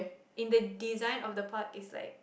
in the design of the park is like